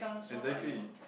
exactly